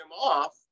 off